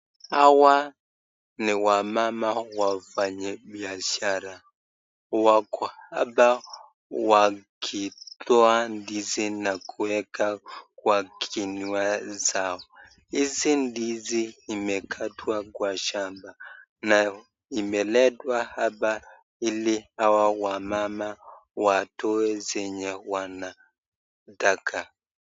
Hawa ni wamama wafanyibiashara, wako hapa wakitoa ndizi wakieka kwa kinywa zao. Hizi ndizi imekatwa kwa shamba na imeletwa hapa ili hawa wamama watoe zenye wanataka.